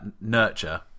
nurture